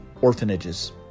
orphanages